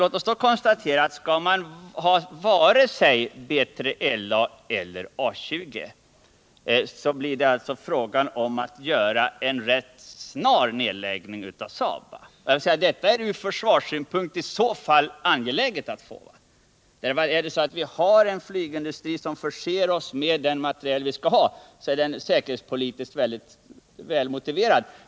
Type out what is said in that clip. Låt oss då konstatera: Skall vi varken ha B3LA eller A 20 blir det fråga om att rätt snart lägga ned Saab. Det är i så fall ur försvarssynpunkt angeläget. Har vien flygindustri som förser oss med den materiel vi skall ha är den industrin säkerhetspolitiskt välmotiverad.